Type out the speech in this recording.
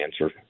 answer